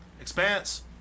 expanse